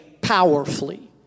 powerfully